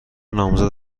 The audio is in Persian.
نامزد